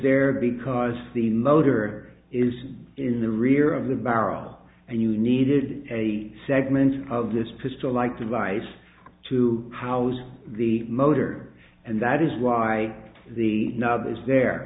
there because the motor is in the rear of the barrel and you needed a segment of this pistol like device to house the motor and that is why the nub is there